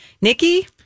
Nikki